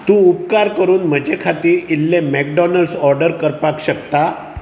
तूं उपकार करून म्हजे खातीर इल्लें मॅक्डॉनल्ड्स ऑर्डर करपाक शकता